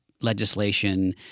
legislation